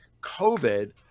COVID